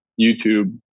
YouTube